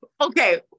okay